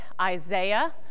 Isaiah